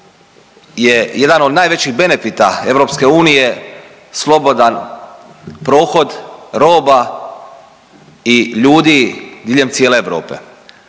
je jedan od najvećih benefita EU slobodan prohod roba i ljudi diljem cijele Europe.